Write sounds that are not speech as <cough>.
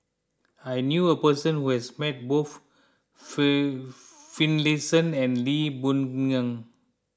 I knew a person who has met both <unintelligible> Finlayson and Lee Boon Ngan